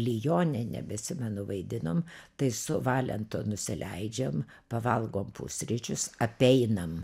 lione nebeatsimenu vaidinom tai su valentu nusileidžiam pavalgom pusryčius apeinam